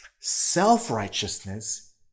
Self-righteousness